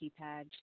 keypad